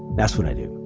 that's what i do.